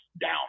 down